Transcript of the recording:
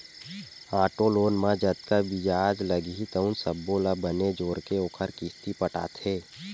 auto loan म जतका बियाज लागही तउन सब्बो ल बने जोरके ओखर किस्ती बाटथे